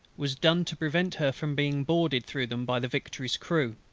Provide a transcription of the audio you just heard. was done to prevent her from being boarded through them by the victory's crew.